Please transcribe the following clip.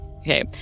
okay